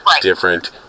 different